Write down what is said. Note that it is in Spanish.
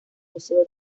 museo